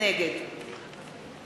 נגד